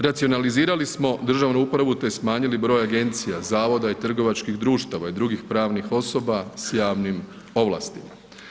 Racionalizirali smo državnu upravu, te smanjili broj agencija, zavoda i trgovačkih društava i drugih pravnih osoba s javnim ovlastima.